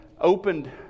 opened